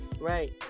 right